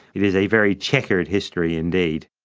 it is a very chequered history indeed.